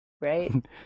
right